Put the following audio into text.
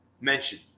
mention